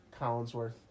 Collinsworth